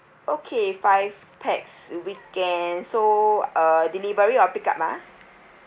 okay five pax weekend so uh delivery or pick up ah